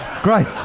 Great